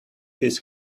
his